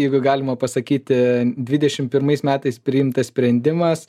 jeigu galima pasakyti dvidešim pirmais metais priimtas sprendimas